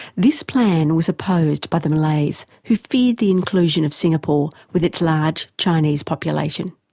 this plan was opposed by the malays, who feared the inclusion of singapore, with its large chinese population.